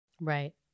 Right